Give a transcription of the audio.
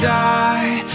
die